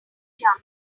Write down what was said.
jump